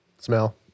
Smell